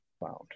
found